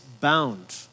bound